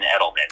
Edelman